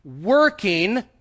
working